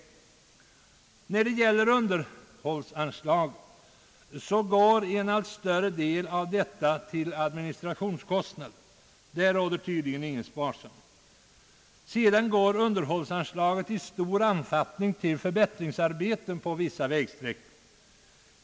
En allt större del av underhållsanslaget går till administrationskostnader — där råder tydligen ingen sparsamhet. En stor del av underhållsanslaget går vidare till förbättringsarbeten på vissa vägsträckor.